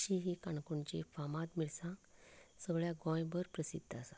अशीं हीं काणकोणची फामाद मिरसांग सगळ्यां गोंयभर प्रसिध्द आसा